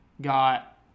got